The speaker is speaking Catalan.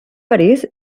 parís